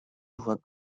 voit